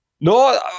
No